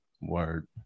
Word